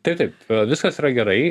taip taip viskas yra gerai